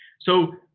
so,